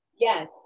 Yes